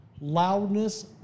loudness